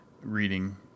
reading